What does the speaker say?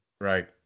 Right